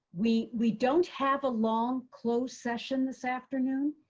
we we don't have a long closed session this afternoon,